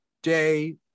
day